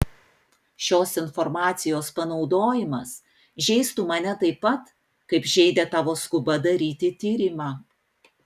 šios informacijos panaudojimas žeistų mane taip pat kaip žeidė tavo skuba daryti tyrimą